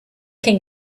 can